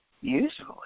Usually